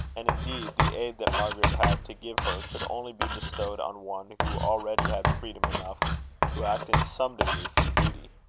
and indeed, the aid that margaret had to give her, could only be bestowed on one who already had freedom enough to act in some degree from duty.